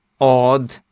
odd